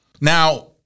Now